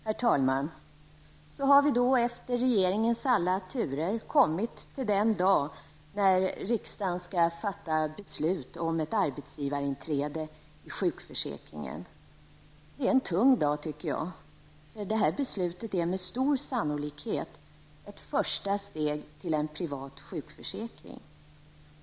Herr talman! Så har vi då efter regeringens alla turer kommit till den dag när riksdagen skall fatta beslut om ett arbetgivarinträde i sjukförsäkringen. Det är en tung dag, eftersom detta beslut med stor sannolikhet är ett första steg till en privat sjukförsäkring.